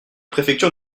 préfecture